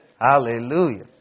Hallelujah